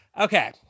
Okay